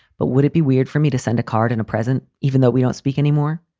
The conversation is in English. but would it be weird for me to send a card and a present? even though we don't speak anymore?